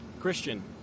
Christian